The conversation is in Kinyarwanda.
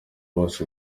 bose